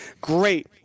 Great